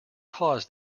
caused